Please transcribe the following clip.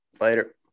Later